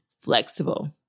flexible